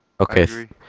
Okay